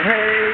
Hey